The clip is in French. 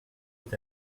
est